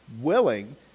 willing